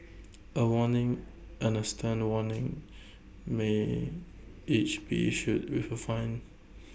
A warning and A stern warning may each be issued with A fine